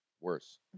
worse